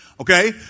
Okay